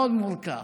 מאוד מורכב,